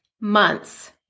months